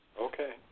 Okay